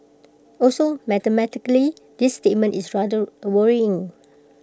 also mathematically this statement is rather worrying